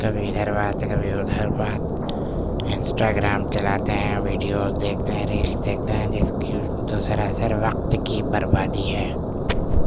کبھی ادھر بات تو کبھی ادھر بات انسٹا گرام چلاتے ہیں ویڈیوز دیکھتے ہیں ریلس دیکھتے ہیں جس کی جو سراسر وقت کی بربادی ہے